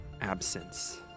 absence